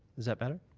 is that better?